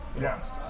Yes